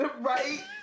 Right